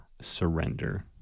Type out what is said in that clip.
surrender